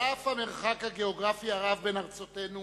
על אף המרחק הגיאוגרפי הרב בין ארצותינו